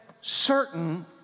certain